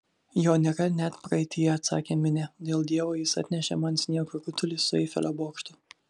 jo nėra net praeityje atsakė minė dėl dievo jis atnešė man sniego rutulį su eifelio bokštu